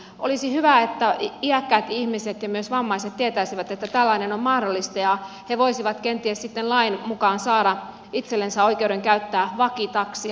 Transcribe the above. olisi hyvä että iäkkäät ihmiset ja myös vammaiset tietäisivät että tällainen on mahdollista ja he voisivat kenties sitten lain mukaan saada itsellensä oikeuden käyttää vakitaksia